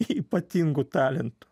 ypatingų talentų